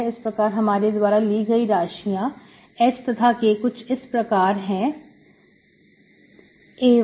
इस प्रकार हमारे द्वारा ली गई राशियां h तथा k कुछ इस प्रकार हैं a1b